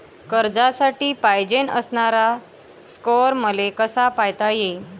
कर्जासाठी पायजेन असणारा स्कोर मले कसा पायता येईन?